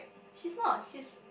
she is not she's